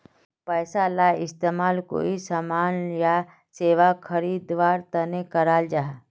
पैसाला इस्तेमाल कोए सामान या सेवा खरीद वार तने कराल जहा